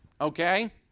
Okay